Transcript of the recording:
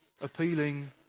appealing